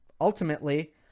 Ultimately